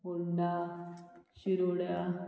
Ponda शिरोड्या